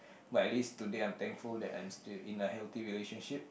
but at least today I'm thankful that I'm still in a healthy relationship